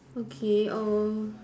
okay err